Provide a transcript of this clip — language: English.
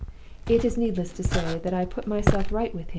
it is needless to say that i put myself right with him,